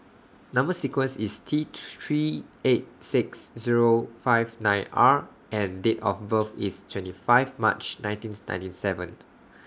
Number sequence IS T two three eight six Zero five nine R and Date of birth IS twenty five March nineteen ninety seven